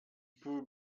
poor